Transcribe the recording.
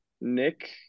Nick